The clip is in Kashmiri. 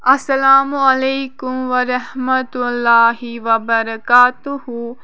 اَسَلامُ علیکُم وَرحمتُہ اللہِ وَبَرکاتَہُ